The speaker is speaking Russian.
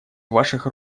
ваших